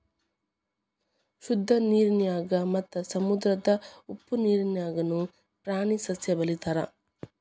ಶುದ್ದ ನೇರಿನ್ಯಾಗ ಮತ್ತ ಸಮುದ್ರದ ಉಪ್ಪ ನೇರಿನ್ಯಾಗುನು ಪ್ರಾಣಿ ಸಸ್ಯಾ ಬೆಳಿತಾರ